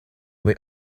they